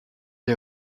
est